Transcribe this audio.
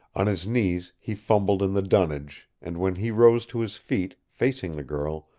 on his knees he fumbled in the dunnage, and when he rose to his feet, facing the girl,